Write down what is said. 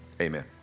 Amen